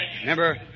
Remember